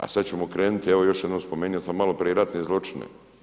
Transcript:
A sada ćemo krenuti, evo, još jednom, spomenuo sam maloprije ratne zločine.